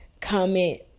comment